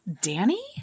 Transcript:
Danny